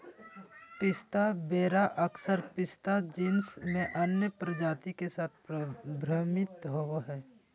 पिस्ता वेरा अक्सर पिस्ता जीनस में अन्य प्रजाति के साथ भ्रमित होबो हइ